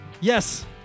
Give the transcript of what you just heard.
Yes